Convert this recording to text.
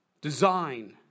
design